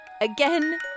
Again